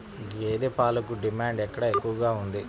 గేదె పాలకు డిమాండ్ ఎక్కడ ఎక్కువగా ఉంది?